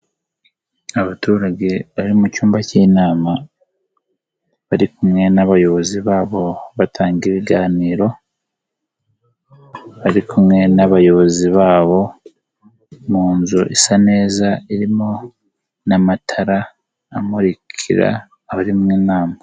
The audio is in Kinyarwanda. Abaturage bari mu cyumba k'inama bari kumwe n'abayobozi babo batanga ibiganiro, bari kumwe n'abayobozi babo mu nzu isa neza irimo n'amatara amurikira abari mu nama.